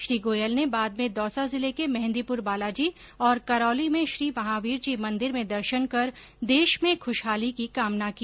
श्री गोयल ने बाद में दौसा जिले के मेहंदीपुर बालाजी और करौली में श्रीमहावीर जी मंदिर में दर्शन कर देश में ख्रशहाली की कामना की